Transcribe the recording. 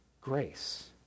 grace